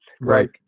Right